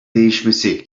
değişmesi